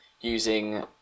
using